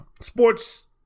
sports